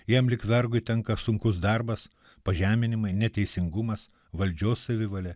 jam lyg vergui tenka sunkus darbas pažeminimai neteisingumas valdžios savivalė